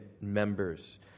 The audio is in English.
members